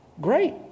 Great